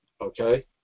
Okay